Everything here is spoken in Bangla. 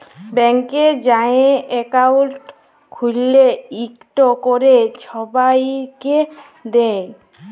ব্যাংকে যাঁয়ে একাউল্ট খ্যুইলে ইকট ক্যরে ছবাইকে দেয়